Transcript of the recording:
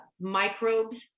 microbes